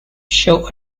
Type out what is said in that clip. show